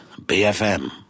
bfm